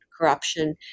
corruption